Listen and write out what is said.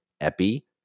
epi